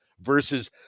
versus